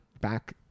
back